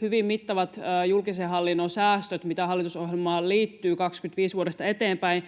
hyvin mittavat julkisen hallinnon säästöt, mitä hallitusohjelmaan liittyy 25-vuodesta eteenpäin,